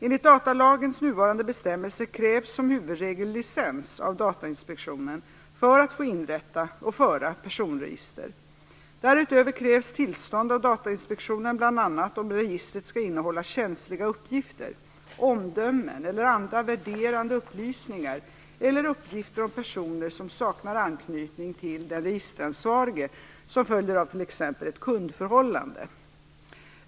Enligt datalagens nuvarande bestämmelser krävs som huvudregel licens av Datainspektionen för att få inrätta och föra personregister. Därutöver krävs tillstånd av Datainspektionen bl.a. om registret skall innehålla känsliga uppgifter, omdömen eller andra värderande upplysningar eller uppgifter om personer som saknar sådan anknytning till den registeransvarige som följer av t.ex. ett kundförhållande.